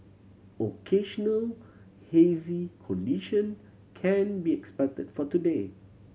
occasional hazy condition can be expected for today